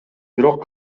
бирок